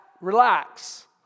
Relax